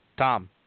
Tom